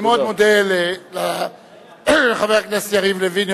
אני מאוד מודה לחבר הכנסת יריב לוין,